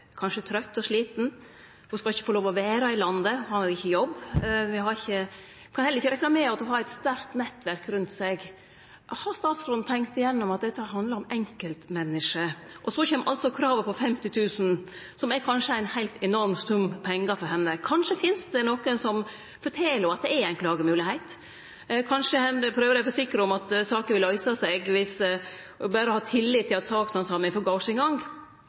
kanskje trøytt og sliten, ho skal ikkje få lov å vere i landet, ho har ikkje jobb, og me kan heller ikkje rekne med at ho har eit sterkt nettverk rundt seg. Har statsråden tenkt gjennom at dette handlar om enkeltmenneske? Og så kjem altså kravet på 50 000 kr, som sikkert er ein heilt enorm sum med pengar for henne. Kanskje finst det nokon som fortel ho at det er ei klagemoglegheit, kanskje prøver dei å forsikre henne om at saka vil løyse seg berre ho har tillit til at sakshandsaminga får gå sin gang,